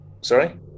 Sorry